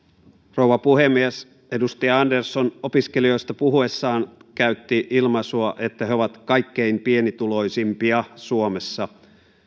rouva puhemies edustaja andersson opiskelijoista puhuessaan käytti ilmaisua että he ovat kaikkein pienituloisimpia suomessa